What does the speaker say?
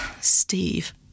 Steve